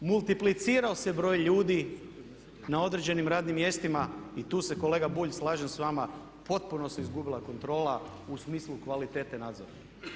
Multiplicirao se broj ljudi na određenim radnim mjestima i tu se kolega Bulj slažem s vama potpuno se izgubila kontrola u smislu kvalitete nadzora.